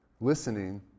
listening